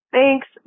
Thanks